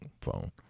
phone